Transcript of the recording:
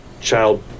child